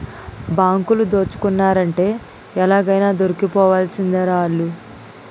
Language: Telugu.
బాంకులు దోసుకున్నారంటే ఎలాగైనా దొరికిపోవాల్సిందేరా ఆల్లు